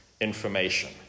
information